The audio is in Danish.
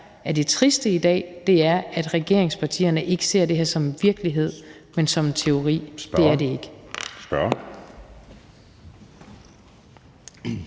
er det triste i dag, er, at regeringspartierne ikke ser det her som virkelighed, men som teori. Det er det ikke.